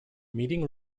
meeting